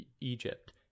Egypt